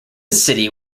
city